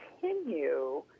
continue